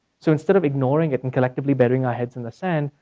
so instead of ignoring it and collectively burying our heads in the sand,